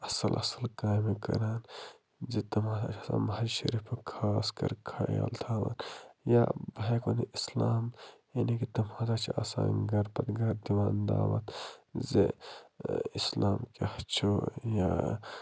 اَصٕل اَصٕل کامہِ کران زِ تِم ہسا چھِ آسان مہجِد شریٖفُک خاص کر خیال تھاوان یا بہٕ ہٮ۪کہٕ ؤنہِ اِسلام یعنی کہ تِم ہَسا چھِ آسان گَرٕ پتہٕ گَرٕ دِوان دعوَت زِ اِسلام کیٛاہ چھُ یا